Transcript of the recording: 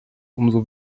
umso